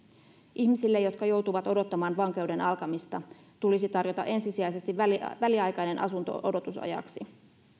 ihmisille jotka joutuvat odottamaan vankeuden alkamista tulisi tarjota ensisijaisesti väliaikainen asunto odotusajaksi